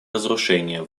разрушения